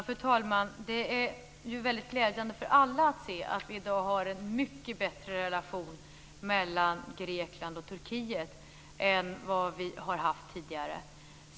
Fru talman! Det är väldigt glädjande för alla att se att vi i dag har en mycket bättre relation mellan Grekland och Turkiet än vi har haft tidigare.